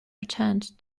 returned